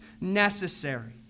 necessary